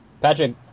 Patrick